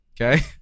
Okay